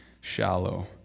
shallow